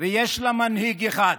ויש לה מנהיג אחד,